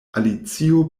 alicio